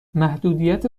محدودیت